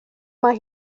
mae